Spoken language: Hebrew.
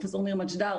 פרופ' ניר מדג'ר,